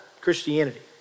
Christianity